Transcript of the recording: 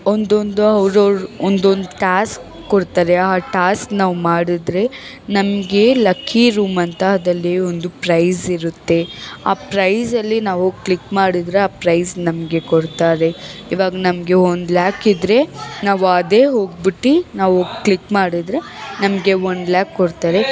ಒಂದೊಂದು ಅವ್ರವ್ರ ಒಂದೊಂದು ಟಾಸ್ಕ್ ಕೊಡ್ತಾರೆ ಆ ಟಾಸ್ಕ್ ನಾವು ಮಾಡಿದರೆ ನಮಗೆ ಲಕ್ಕಿ ರೂಮ್ ಅಂತ ಅದಲ್ಲಿ ಒಂದು ಪ್ರೈಜ಼್ ಇರುತ್ತೆ ಆ ಪ್ರೈಜ಼್ ಅಲ್ಲಿ ನಾವು ಕ್ಲಿಕ್ ಮಾಡಿದರೆ ಆ ಪ್ರೈ಼ಜ಼್ ನಮಗೆ ಕೊಡ್ತಾರೆ ಇವಾಗ ನಮಗೆ ಒನ್ ಲ್ಯಾಕ್ ಇದ್ದರೆ ನಾವು ಅದೇ ಹೋಗ್ಬಿಟ್ಟು ನಾವು ಕ್ಲಿಕ್ ಮಾಡಿದರೆ ನಮಗೆ ಒನ್ ಲ್ಯಾಕ್ ಕೊಡ್ತಾರೆ